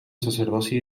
sacerdoci